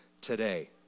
today